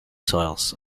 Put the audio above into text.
soils